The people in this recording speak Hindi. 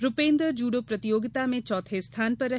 रूपेन्दर जूडो प्रतियोगिता में चौथे स्थान पर रहे